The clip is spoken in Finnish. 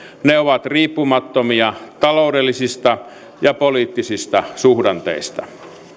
ne ovat riippumattomia taloudellisista ja poliittisista suhdanteista